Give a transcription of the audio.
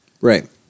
Right